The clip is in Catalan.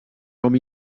com